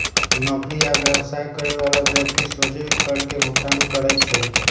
नौकरी आ व्यवसाय करे बला व्यक्ति सोझे कर के भुगतान करइ छै